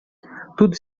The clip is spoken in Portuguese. tudo